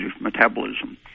metabolism